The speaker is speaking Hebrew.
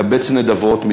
מקבץ נדבות,